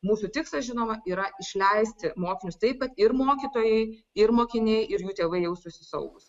mūsų tikslas žinoma yra išleisti mokinius taip kad ir mokytojai ir mokiniai ir jų tėvai jaustųsi saugūs